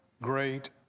great